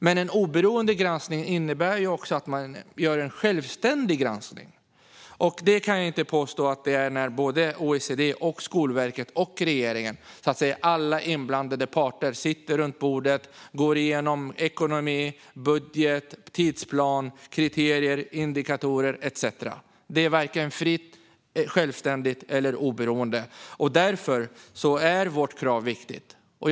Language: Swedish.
Men en oberoende granskning innebär också att man gör en självständig granskning, och det kan man inte påstå att det är när både OECD och Skolverket och regeringen, det vill säga alla inblandade parter, sitter runt bordet och går igenom ekonomi, budget, tidsplan, kriterier, indikatorer etcetera. Det är varken fritt, självständigt eller oberoende. Därför är vårt krav viktigt, fru talman.